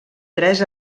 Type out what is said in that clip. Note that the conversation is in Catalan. tres